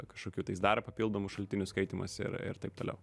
kažkokių tai dar papildomų šaltinių skaitymas ir ir taip toliau